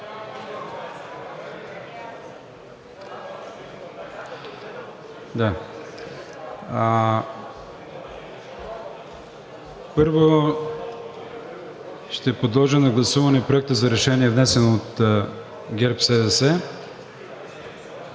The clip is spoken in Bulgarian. Първо ще подложа на гласуване Проекта за решение, внесен от ГЕРБ-СДС.